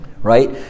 right